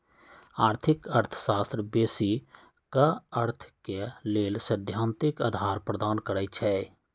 आर्थिक अर्थशास्त्र बेशी क अर्थ के लेल सैद्धांतिक अधार प्रदान करई छै